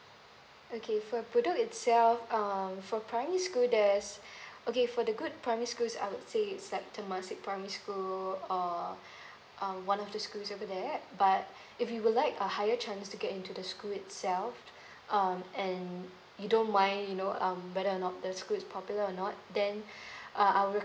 okay for bedok itself um for primary school there's okay for the good primary school is I would say it's like temasek primary school uh um one of the schools over there but if you would like a higher chance to get into the school itself um and you don't mind you know um whether or not the school is popular or not then I